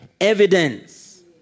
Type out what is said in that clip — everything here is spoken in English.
evidence